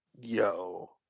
Yo